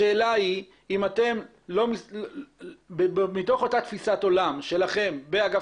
השאלה היא האם מתוך אותה תפיסת עולם שלכם באגף